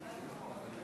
נתקבל.